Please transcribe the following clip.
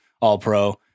All-Pro